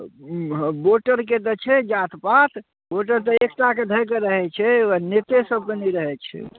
वोटरके तऽ छै जाति पाति वोटर तऽ एकटाके धऽ कऽ रहै छै नेते सबके नहि रहै छै